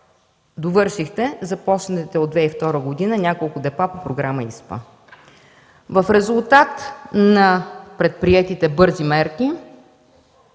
Довършихте започнатите от 2002 г. няколко депа по Програма ИСПА. В резултат на предприетите бързи мерки